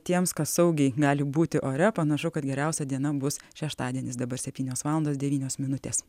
tiems kas saugiai gali būti ore panašu kad geriausia diena bus šeštadienis dabar septynios valandos devynios minutės